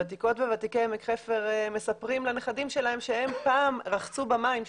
ותיקות וותיקי עמק חפר מספרים לנכדים שלהם שהם פעם רחצו במים שם,